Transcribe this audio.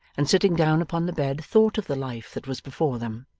and sitting down upon the bed, thought of the life that was before them.